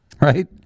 Right